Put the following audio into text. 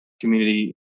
community